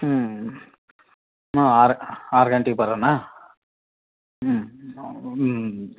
ಹ್ಞೂ ಹಾಂ ಆರು ಆರು ಗಂಟೆಗ್ ಬರಣ ಹ್ಞೂ ಹ್ಞೂ